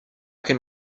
can